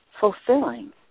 fulfilling